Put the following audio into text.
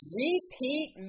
repeat